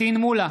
פטין מולא,